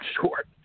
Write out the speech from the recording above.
short